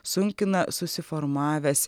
sunkina susiformavęs